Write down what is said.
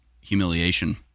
Humiliation